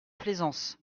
plaisance